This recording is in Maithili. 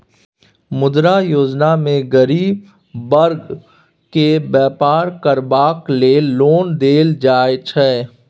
मुद्रा योजना मे गरीब बर्ग केँ बेपार करबाक लेल लोन देल जाइ छै